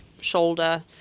shoulder